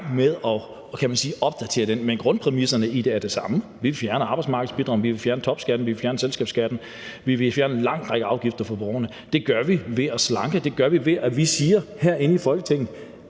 med at opdatere den, kan man sige, men grundpræmisserne i den er de samme. Vi vil fjerne arbejdsmarkedsbidraget, vi vil fjerne topskatten, vi vil fjerne selskabsskatten, vi vil fjerne en lang række afgifter for borgerne. Det gør vi ved at slanke, det gør vi, ved at vi herinde i Folketinget